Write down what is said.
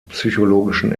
psychologischen